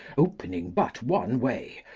opening but one way,